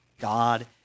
God